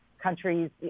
countries